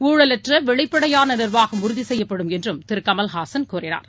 ஊழலற்றவெளிப்படையானநிர்வாகம் உறுதிசெய்யப்படும் என்றும் திருகமலஹாசன் கூறினார்